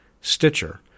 Stitcher